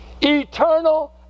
Eternal